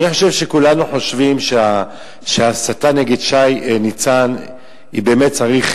אני חושב שכולנו חושבים שההסתה נגד שי ניצן באמת צריך,